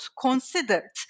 considered